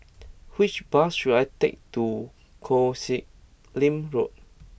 which bus should I take to Koh Sek Lim Road